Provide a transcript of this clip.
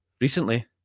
recently